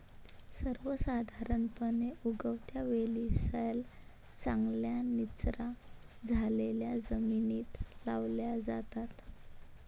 सर्वसाधारणपणे, उगवत्या वेली सैल, चांगल्या निचरा झालेल्या जमिनीत लावल्या जातात